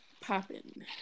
popping